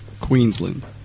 Queensland